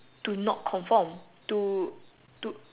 to not conform to to